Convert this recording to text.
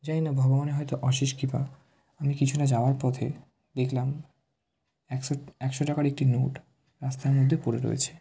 জানি না ভগবানের হয়তো অশেষ কৃপা আমি কিছুটা যাওয়ার পথে দেখলাম একশো একশো টাকার একটি নোট রাস্তার মধ্যে পড়ে রয়েছে